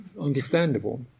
understandable